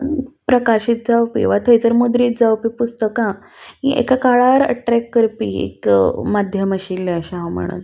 प्रकाशीत जावपी वा थंयसर मोदरीत जावपी पुस्तकां ही एका काळार अट्रॅक्ट करपी एक माध्यम आशिल्ले अशें हांव म्हणून